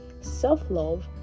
self-love